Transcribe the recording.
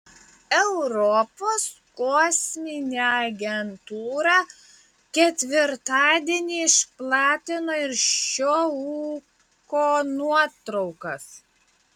europos kosminė agentūra ketvirtadienį išplatino ir šio ūko nuotraukas